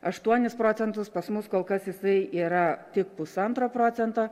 aštuonis procentus pas mus kol kas jisai yra tik pusantro procento